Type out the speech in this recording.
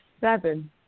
seven